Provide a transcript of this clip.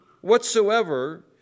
whatsoever